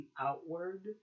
outward